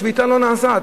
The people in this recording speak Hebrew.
השביתה לא נעשית,